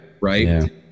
Right